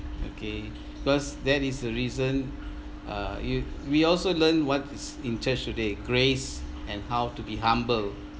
okay because that is the reason uh you we also learn what is in church today grace and how to be humble